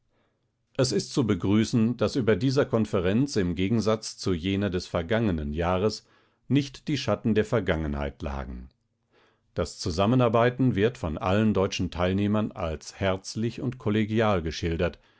es ist zu begrüßen daß über dieser konferenz im gegensatz zu jener des vergangenen jahres nicht die schatten der vergangenheit lagen das zusammenarbeiten wird von allen deutschen teilnehmern als herzlich und kollegial geschildert